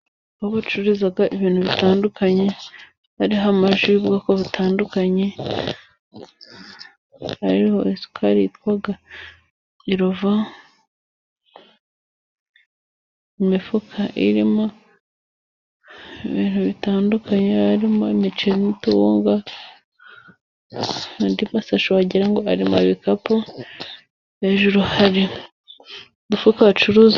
Aho bacururiza ibintu bitandukanye， hariho amaji y'ubwoko butandukanye，hariho isukari yitwa irovo， imifuka irimo ibintu bitandukanye， harimo imiceri n'utuwunga， n'andi masashi wagira ngo ari mu bikapu， hejuru hari udufuka bacuruza.